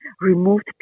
removed